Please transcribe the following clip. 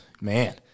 Man